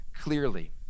clearly